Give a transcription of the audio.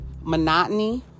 monotony